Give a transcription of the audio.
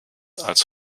als